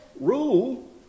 rule